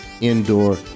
indoor